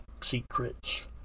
secrets